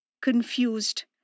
confused